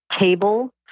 Table